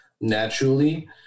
naturally